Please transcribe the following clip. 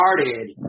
started